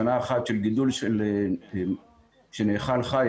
שנה אחת של גידול שנאכל חי,